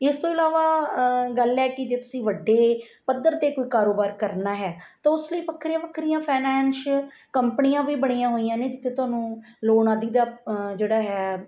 ਇਸ ਤੋਂ ਇਲਾਵਾ ਗੱਲ ਹੈ ਕਿ ਜੇ ਤੁਸੀਂ ਵੱਡੇ ਪੱਧਰ 'ਤੇ ਕੋਈ ਕਾਰੋਬਾਰ ਕਰਨਾ ਹੈ ਤਾਂ ਉਸ ਲਈ ਵੱਖਰੀਆਂ ਵੱਖਰੀਆਂ ਫਾਈਨੈਂਸ ਕੰਪਨੀਆਂ ਵੀ ਬਣੀਆਂ ਹੋਈਆਂ ਨੇ ਜਿੱਥੇ ਤੁਹਾਨੂੰ ਲੋਨ ਆਦਿ ਦਾ ਜਿਹੜਾ ਹੈ